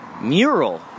mural